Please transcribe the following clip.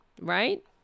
Right